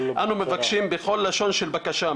אנו מבקשים בכל לשון של בקשה,